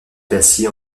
d’acier